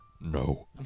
No